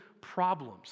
problems